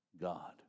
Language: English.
God